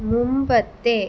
മുമ്പത്തെ